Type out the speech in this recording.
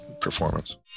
performance